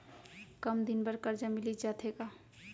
कम दिन बर करजा मिलिस जाथे का?